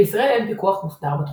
בישראל אין פיקוח מוסדר בתחום.